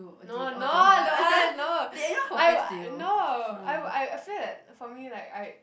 no no I don't want no I no I I I feel that for me like I